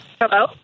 Hello